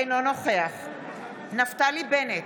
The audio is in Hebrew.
אינו נוכח נפתלי בנט,